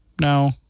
no